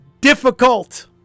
difficult